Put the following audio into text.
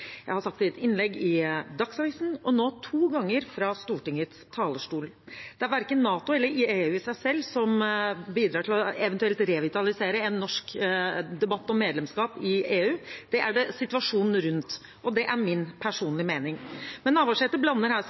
jeg har sagt det i innlegg i Dagsavisen og nå to ganger fra Stortingets talerstol: Det er verken NATO eller EU i seg selv som eventuelt bidrar til å revitalisere en norsk debatt om medlemskap i EU. Det er det situasjonen rundt som gjør. Det er min personlige mening. Men Navarsete blander her